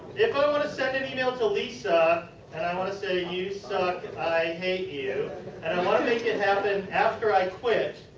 if i want to send an email to lisa and i want to say, and you suck, i hate you and i want to make it happen after i quite.